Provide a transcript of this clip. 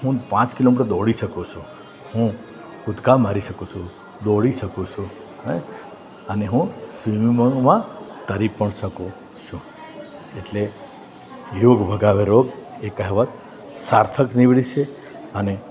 હું પાંચ કિલોમીટર દોડી શકું છું હું કૂદકા મારી શકું છું દોડી શકું છું અને હું સ્વિમિંગમાં તરી પણ શકું છું એટલે યોગ ભગાવે રોગ એ કહેવત સાર્થક નીવડી છે અને